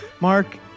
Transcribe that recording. Mark